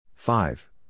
Five